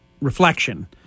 reflection